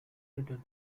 little